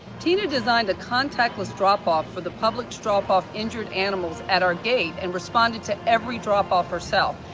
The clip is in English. tina designed a contactless drop-off for the public to drop off injured animals at our gate and responded to every drop-off herself,